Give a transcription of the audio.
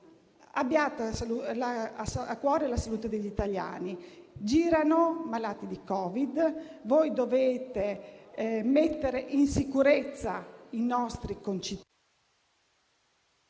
abbiate a cuore la salute degli italiani. Girano malati di Covid e voi dovete mettere in sicurezza i nostri concittadini